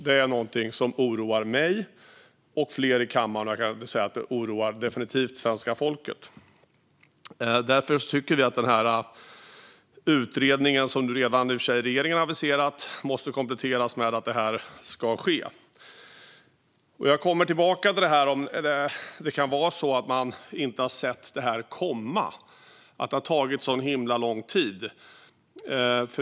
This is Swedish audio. Det är någonting som oroar mig och flera i kammaren, och det oroar definitivt svenska folket. Därför tycker vi att den utredning som regeringen i och för sig redan har aviserat måste kompletteras med att det här ska ske. Jag kommer tillbaka till att det kan vara så att man inte har sett det här komma och att det därför tagit så himla lång tid.